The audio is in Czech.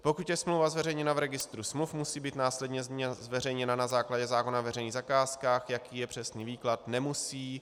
Pokud je smlouva zveřejněna v Registru smluv, musí být následně zveřejněna na základě zákona o veřejných zakázkách, jaký je přesný výklad, nemusí.